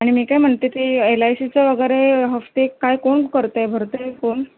आणि मी काय म्हणते ते एल आय सीचं वगैरे हप्ते काय कोण करत आहे भरत आहे कोण